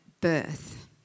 birth